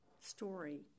story